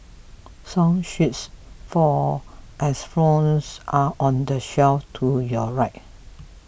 song sheets for xylophones are on the shelf to your right